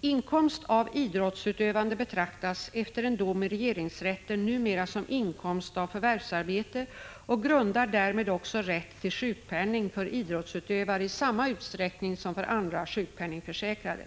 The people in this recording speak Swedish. Inkomst av idrottsutövande betraktas efter en dom i regeringsrätten numera som inkomst av förvärvsarbete och grundar därmed också rätt till sjukpenning för idrottsutövare i samma utsträckning som för andra sjukpenningförsäkrade.